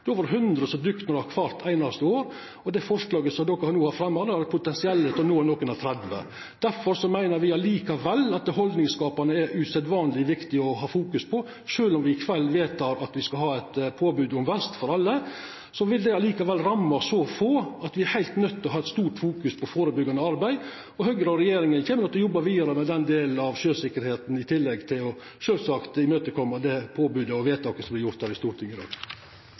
er over 100 som druknar kvart einaste år, og det forslaget som dei no har fremja, har eit potensial til å nå noko over 30 stk. Difor meiner me likevel at det er usedvanleg viktig å ha fokus på det haldningsskapande arbeidet. Sjølv om me i kveld vedtek at me skal ha eit påbod om redningsvest for alle, vil det likevel ramma så få at me er heilt nøydde til å ha eit sterkt fokus på førebyggjande arbeid. Og Høgre og regjeringa kjem til å jobba vidare med den delen av sjøsikkerheita, i tillegg til sjølvsagt å imøtekoma vedtaket om påbod som vert gjort her i Stortinget i dag.